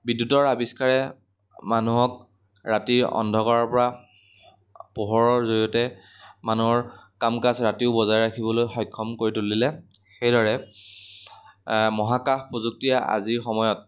বিদ্যুতৰ আৱিষ্কাৰে মানুহক ৰাতিৰ অন্ধকাৰৰ পৰা পোহৰৰ জৰিয়তে মানুহৰ কাম কাজ ৰাতিও বজাই ৰাখিবলৈ সক্ষম কৰি তুলিলে সেইদৰে মহাকাশ প্ৰযুক্তিয়ে আজিৰ সময়ত